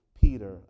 Peter